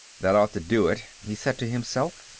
that ought to do it, he said to himself.